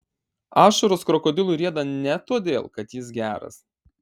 ašaros krokodilui rieda ne todėl kad jis geras